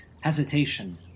hesitation